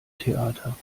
theater